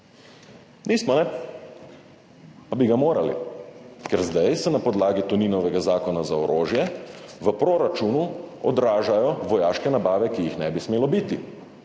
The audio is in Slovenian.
Nismo, pa bi ga morali, ker se zdaj na podlagi Toninovega zakona za orožje v proračunu odražajo vojaške nabave, ki jih ne bi smelo biti,